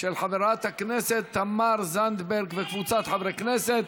של חברת הכנסת תמר זנדברג וקבוצת חברי הכנסת.